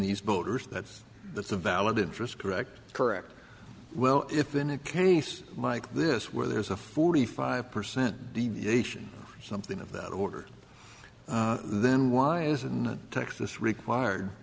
these voters that that the valid interest correct correct well if in a case like this where there's a forty five percent deviation something of that order then why isn't texas require